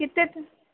कितने तो